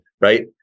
right